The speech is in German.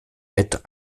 bett